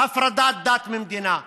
הפרדת ממדינה.